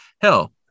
Hell